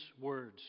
words